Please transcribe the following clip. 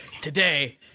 today